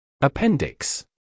Appendix